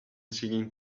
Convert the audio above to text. singing